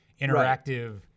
interactive